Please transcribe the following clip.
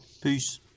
Peace